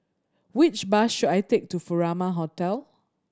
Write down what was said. which bus should I take to Furama Hotel